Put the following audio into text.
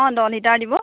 অঁ দহ লিটাৰ দিব